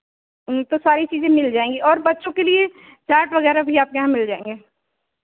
तो सारी चीज़ें मिल जाएँगी और बच्चों के लिए चार्ट वगैरह भी आपके यहाँ मिल जाएँगे